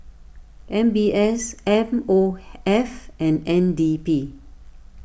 M B S M O F and N D P